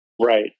Right